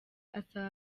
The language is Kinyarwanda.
asaba